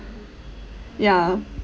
yeah